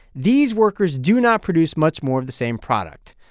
these workers do not produce much more of the same product.